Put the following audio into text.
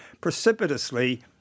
Precipitously